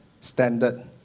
standard